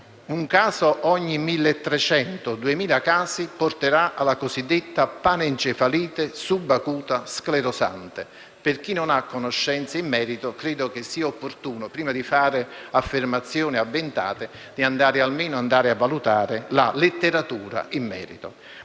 un caso ogni 1.300-2.000 porterà alla cosiddetta panencefalite sclerosante subacuta; per chi non ha conoscenze in merito, credo sia opportuno, prima di fare affermazioni avventate, almeno valutare la letteratura in proposito.